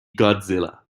godzilla